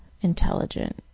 intelligent